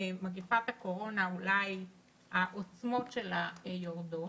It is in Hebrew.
מגפת הקורונה, אולי העוצמות שלה יורדות,